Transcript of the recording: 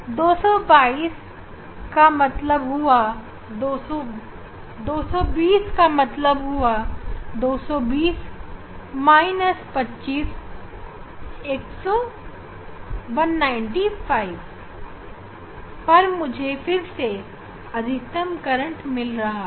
220 पर 220 मतलब 220 25 195 पर मुझे फिर से अधिकतम करंट मिल रहा है